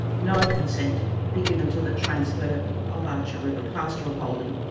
no consent be given to the transfer of archer river pastoral holding.